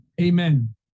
amen